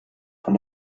von